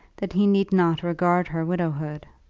that he need not regard her widowhood.